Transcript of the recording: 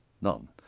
none